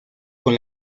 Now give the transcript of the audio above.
con